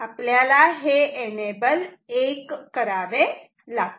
आपल्याला हे एनेबल 1 करावे लागते